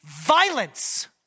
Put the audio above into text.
violence